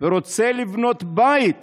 ורוצה לבנות בית